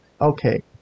okay